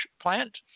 plant